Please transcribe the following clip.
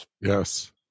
Yes